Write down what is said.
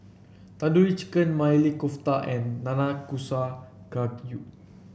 Tandoori Chicken Maili Kofta and Nanakusa Gayu